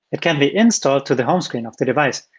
it can be installed to the home screen of the device,